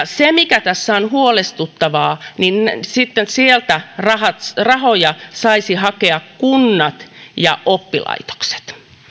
se mikä tässä on huolestuttavaa on se että sitten sieltä rahoja saisivat hakea kunnat ja oppilaitokset